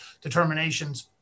determinations